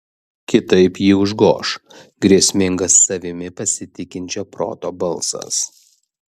kitaip jį užgoš grėsmingas savimi pasitikinčio proto balsas